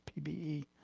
PBE